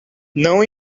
não